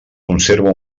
conserva